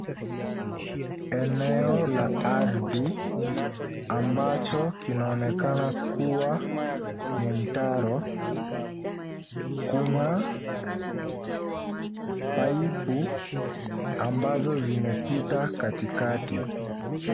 Eneo la ardhi, ambacho kinaonekana kuwa ni mtaro. Kuna paipu ambazo zimepita katikati.